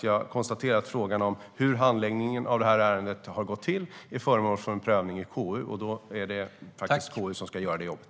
Jag konstaterar att frågan om hur handläggningen av ärendet har gått till är föremål för en prövning i KU. Då är det KU som ska göra jobbet.